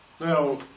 Now